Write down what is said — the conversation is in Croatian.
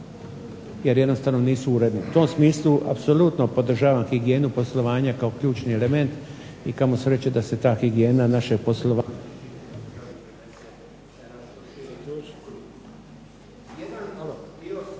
jer jednostavno nisu u redu. U tom smislu apsolutno podržavam higijenu poslovanja kao ključni element i kamo sreće da se ta higijena .../Govornik